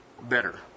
better